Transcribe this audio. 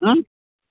ଉଁ